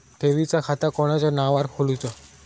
ठेवीचा खाता कोणाच्या नावार खोलूचा?